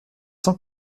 sans